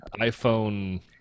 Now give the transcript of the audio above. iPhone